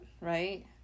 right